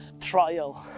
trial